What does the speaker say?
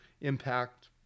impact